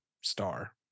star